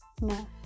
No